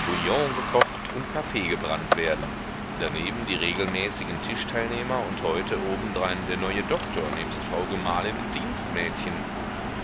gekocht und kaffee gebrannt werden daneben die regelmäßigen tischteilnehmer und heute obendrein der neue doktor nebst frau gemahlin und dienstmädchen